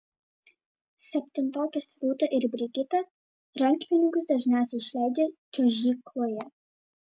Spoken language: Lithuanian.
septintokės rūta ir brigita rankpinigius dažniausiai išleidžia čiuožykloje